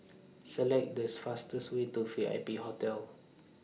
Select The fastest Way to V I P Hotel